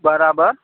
બરાબર